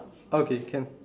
okay can